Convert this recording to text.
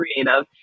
creative